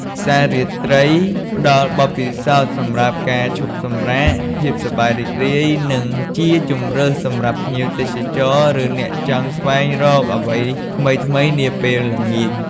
ផ្សាររាត្រីផ្ដល់បទពិសោធន៍សម្រាប់ការឈប់សម្រាក ភាពសប្បាយរីករាយ និងជាជម្រើសសម្រាប់ភ្ញៀវទេសចរ ឬអ្នកចង់ស្វែងរកអ្វីថ្មីៗនាពេលល្ងាច។